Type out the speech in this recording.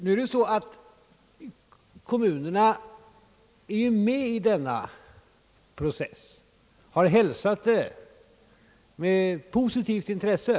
Nu är det så att kommunerna är med i denna process och har hälsat den med positivt intresse.